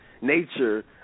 nature